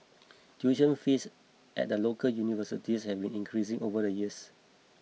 tuition fees at the local universities have been increasing over the years